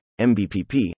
MBPP